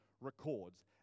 records